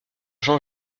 jean